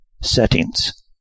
settings